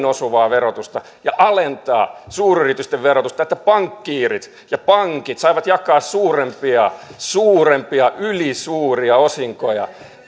osuvaa verotusta ja alentaa suuryritysten verotusta että pankkiirit ja pankit saivat jakaa suurempia suurempia ylisuuria osinkoja